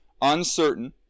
uncertain